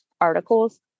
articles